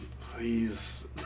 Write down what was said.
please